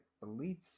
beliefs